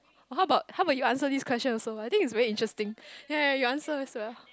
or how bout how bout you answer this question also I think it's very interesting ya ya you answer as well